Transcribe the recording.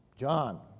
John